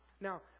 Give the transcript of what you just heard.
Now